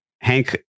Hank